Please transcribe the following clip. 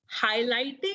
highlighting